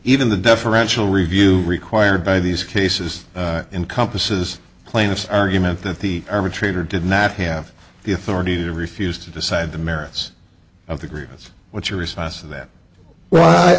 even the deferential review required by these cases encompasses plaintiff's argument that the arbitrator did not have the authority to refuse to decide the merits of the grievance what's your response to that well